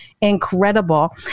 Incredible